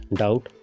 doubt